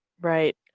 right